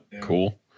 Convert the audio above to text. cool